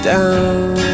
Down